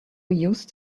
used